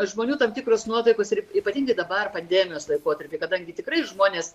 žmonių tam tikros nuotaikos ir ypatingai dabar pandemijos laikotarpy kadangi tikrai žmonės